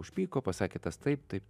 užpyko pasakė tas taip